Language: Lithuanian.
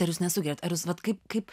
ir jūs nesugeriat ar vat kaip kaip